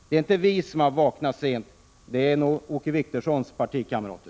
Det är inte moderaterna som har vaknat sent — det är nog Åke Wictorssons partikamrater.